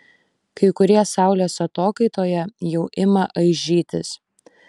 kai kurie saulės atokaitoje jau ima aižytis